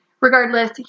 regardless